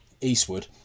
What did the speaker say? Eastwood